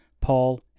Paul